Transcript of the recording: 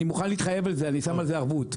אני מוכן להתחייב על זה, אני שם על זה ערבות.